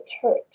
church